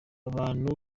abantu